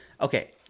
Okay